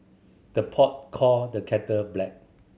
the pot call the kettle black